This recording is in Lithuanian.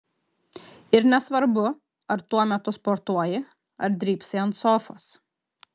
ir nesvarbu ar tuo metu sportuoji ar drybsai ant sofos